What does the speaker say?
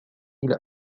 إلى